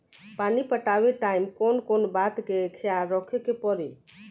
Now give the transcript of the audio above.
पानी पटावे टाइम कौन कौन बात के ख्याल रखे के पड़ी?